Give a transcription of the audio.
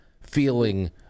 feeling